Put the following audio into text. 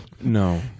No